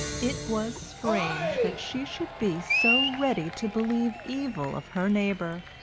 it was strange that she should be so ready to believe evil of her neighbour,